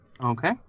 Okay